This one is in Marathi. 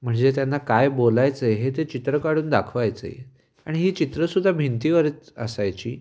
म्हणजे त्यांना काय बोलायचं आहे हे ते चित्र काढून दाखवायचे आणि ही चित्रंसुद्धा भिंतीवरच असायची